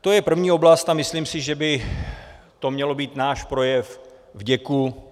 To je první oblast a myslím si, že by to měl být náš projev vděku